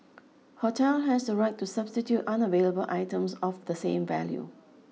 hotel has the right to substitute unavailable items of the same value